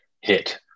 hit